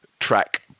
track